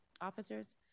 officers